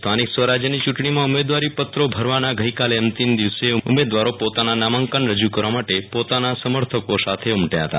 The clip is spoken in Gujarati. સ્થાનિક સ્વરાજયની યું વ્ણીમાં ઉમેદવારીપત્રો ભૂરવાના ગઈકાલે અંતિમ દિવસે ઉમેદવારો પોતાના નામાંકન રજુ કરવા માટે પોતાના સમર્થકો સાથે ઉમટ્યા હૃતા